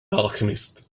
alchemist